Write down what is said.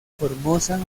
formosa